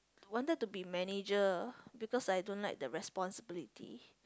wanted to be manager because I don't like the responsibility